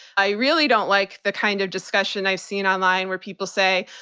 i really don't like the kind of discussion i've seen online, where people say,